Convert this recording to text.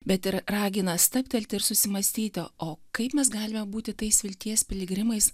bet ir ragina stabtelti ir susimąstyti o kaip mes galime būti tais vilties piligrimais